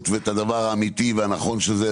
ואת הדבר האמיתי והנכון של זה.